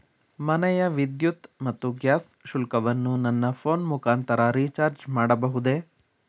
ಮನೆಯ ವಿದ್ಯುತ್ ಮತ್ತು ಗ್ಯಾಸ್ ಶುಲ್ಕವನ್ನು ನನ್ನ ಫೋನ್ ಮುಖಾಂತರ ರಿಚಾರ್ಜ್ ಮಾಡಬಹುದೇ?